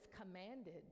commanded